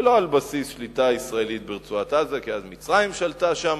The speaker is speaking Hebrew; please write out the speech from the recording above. ולא על בסיס שליטה ישראלית ברצועת-עזה כי אז מצרים שלטה שם,